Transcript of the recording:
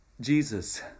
Jesus